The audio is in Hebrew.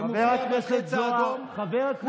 שמופיע עם החץ האדום, חבר הכנסת זוהר.